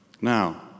Now